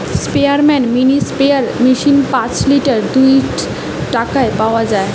স্পেয়ারম্যান mini sprayer machine পাঁচ litre দুইশ টাকায় পাওয়া যায়